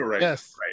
Yes